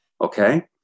Okay